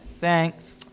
Thanks